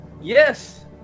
Yes